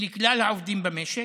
היא לכלל העובדים במשק.